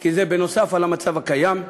כי זה נוסף על המצב הקיים,